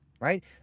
Right